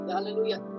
Hallelujah